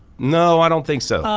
no, i don't think so.